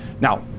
Now